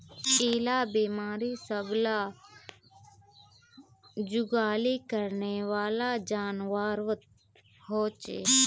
इरा बिमारी सब ला जुगाली करनेवाला जान्वारोत होचे